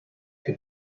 que